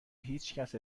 هیچکس